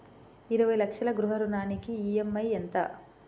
ఇరవై లక్షల గృహ రుణానికి ఈ.ఎం.ఐ ఎంత?